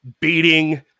beating